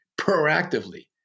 proactively